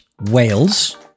Wales